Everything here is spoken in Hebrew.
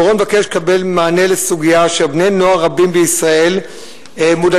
דורון מבקש לקבל מענה בסוגיה שבני-נוער רבים בישראל מודאגים